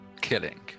killing